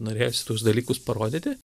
norėjosi tuos dalykus parodyti